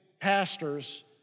pastors